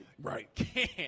Right